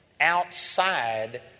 outside